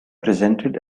presented